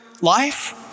life